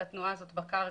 את תנועת החיפוש בקרקע.